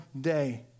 day